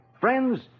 Friends